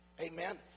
Amen